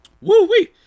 Woo-wee